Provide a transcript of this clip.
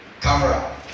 camera